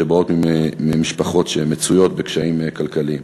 שבאים ממשפחות שמצויות בקשיים כלכליים.